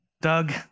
Doug